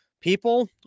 people